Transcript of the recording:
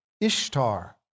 Ishtar